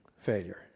failure